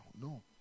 No